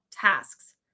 tasks